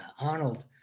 Arnold